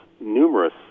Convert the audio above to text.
numerous